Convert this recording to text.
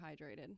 hydrated